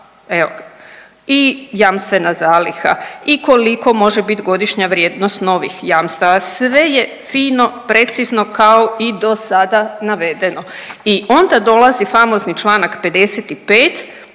i jamstvena zaliha i koliko može bit godišnja vrijednost novih jamstava, sve je fino precizno kao i dosada navedeno i onda dolazi famozni čl. 55.